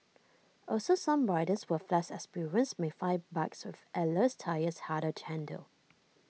also some riders who have less experience may find bikes with airless tyres harder to handle